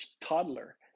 toddler